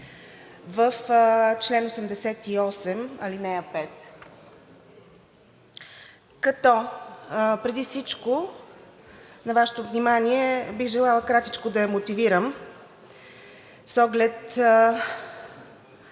в чл. 88, ал. 5, като преди всичко на Вашето внимание бих желала кратичко да я мотивирам с оглед